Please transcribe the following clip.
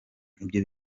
ibyo